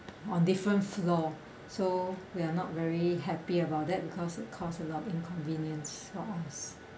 on different floor so we're not very happy about that because it costs a lot inconvenience for us